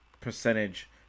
percentage